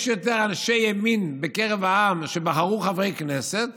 יש יותר אנשי ימין בקרב העם שבחרו חברי כנסת